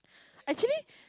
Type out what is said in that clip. actually